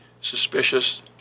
suspicious